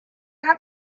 have